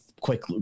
quick